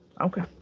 Okay